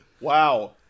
Wow